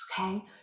Okay